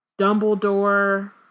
Dumbledore